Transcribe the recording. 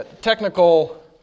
technical